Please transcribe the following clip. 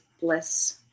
bliss